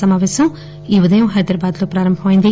సమాపేశం ఈ ఉదయం హైదరాబాద్ లో ప్రారంభమైంది